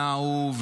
נעו,